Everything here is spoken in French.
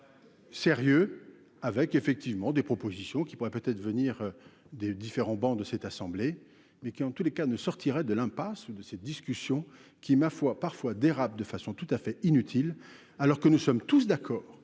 sérieux avec effectivement des propositions qui pourrait peut-être venir de différents bancs de cette assemblée, mais qui en tous les cas ne sortirait de l'impasse de ces discussions qui ma foi parfois dérape de façon tout à fait inutile, alors que nous sommes tous d'accord,